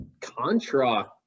contra